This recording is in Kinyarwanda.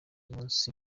munsi